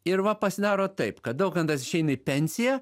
ir va pasidaro taip kad daukantas išeina į pensiją